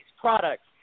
products